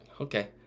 Okay